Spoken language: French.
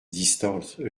distance